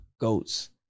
goats